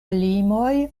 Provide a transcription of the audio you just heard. limoj